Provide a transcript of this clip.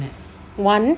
one